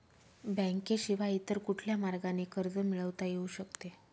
बँकेशिवाय इतर कुठल्या मार्गाने कर्ज मिळविता येऊ शकते का?